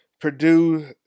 purdue